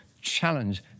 challenge